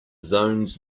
zones